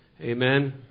Amen